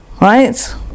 Right